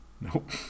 nope